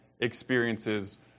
experiences